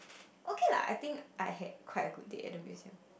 okay lah I think I had quite a good date at the museum